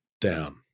down